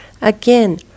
again